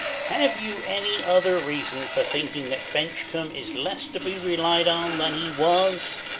have you any other reason for thinking that bencomb is less to be relied on than he was?